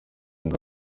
ngo